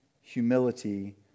humility